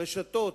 הרשתות,